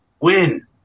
win